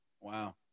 Wow